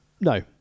No